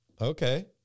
Okay